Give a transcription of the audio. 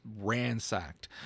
ransacked